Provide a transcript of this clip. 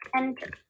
Enter